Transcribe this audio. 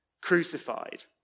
crucified